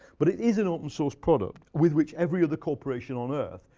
but it is an open source product with which every other corporation on earth,